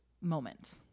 moment